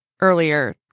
earlier